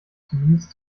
zumindest